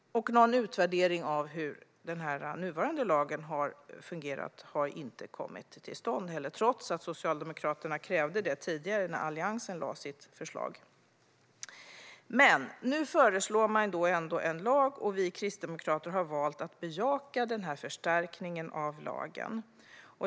Någon utvärdering av hur den nuvarande lagen har fungerat har inte kommit till stånd, trots att Socialdemokraterna krävde detta tidigare, när Alliansen lade fram sitt förslag. Men nu lägger man ändå fram förslag till en lag, och vi kristdemokrater har valt att bejaka denna förstärkning av lagen.